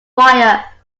fire